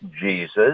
Jesus